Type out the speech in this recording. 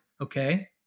Okay